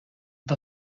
the